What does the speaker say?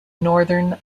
northern